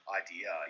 idea